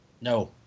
No